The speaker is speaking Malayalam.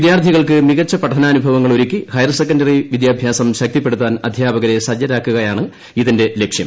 വിദ്യാർത്ഥികൾക്ക് മികച്ച പഠനാനുഭവങ്ങൾ ഒരുക്കി ഹയർ സെക്കൻഡറി വിദ്യാഭ്യാസം ശക്തിപ്പെടുത്താൻ അദ്ധ്യാപകരെ സജ്ജരാക്കുകയാണ് ഇതിന്റെ ലക്ഷ്യം